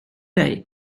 dig